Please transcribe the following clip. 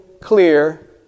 clear